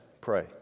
pray